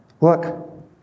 Look